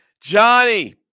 Johnny